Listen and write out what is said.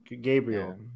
Gabriel